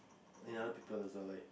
another people also like